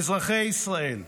"אזרחי ישראל,